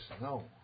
No